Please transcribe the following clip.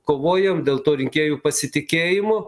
kovojam dėl to rinkėjų pasitikėjimo